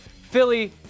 Philly